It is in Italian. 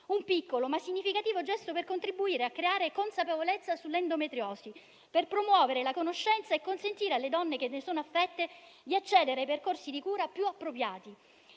un piccolo ma significativo gesto per contribuire a creare consapevolezza sull'endometriosi, per promuoverne la conoscenza e consentire alle donne che ne sono affette di accedere ai percorsi di cura più appropriati.